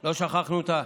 לא שכחנו אותה,